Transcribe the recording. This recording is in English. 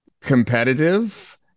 competitive